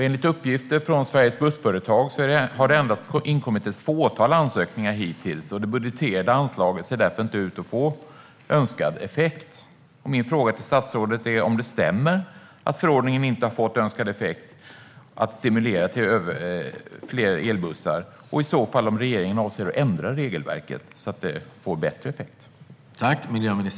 Enligt uppgifter från Sveriges Bussföretag har hittills endast ett fåtal ansökningar inkommit. Det budgeterade anslaget ser därför inte ut att få önskad effekt. Min fråga till statsrådet är: Stämmer det att förordningen inte har fått den önskade effekten att stimulera till fler elbussar? Avser regeringen i så fall att ändra regelverket så att det får bättre effekt?